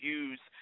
use